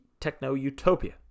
techno-utopia